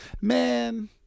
Man